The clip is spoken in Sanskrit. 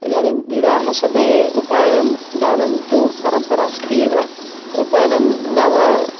इदानीं विवाह समये उपायं दानं तु परम्परा अस्ति एव उपानं नाम